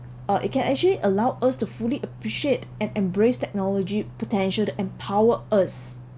or it can actually allow us to fully appreciate and embrace technology potential to empower us